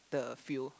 the fuel